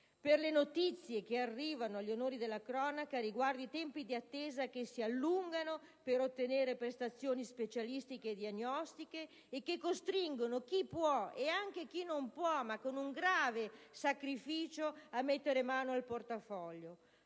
per le notizie che arrivano agli onori della cronaca riguardo i tempi di attesa - che si allungano - per ottenere prestazioni specialistiche e diagnostiche e che costringono chi può, e anche chi non può, ma con un grave sacrificio, a mettere mano al portafoglio.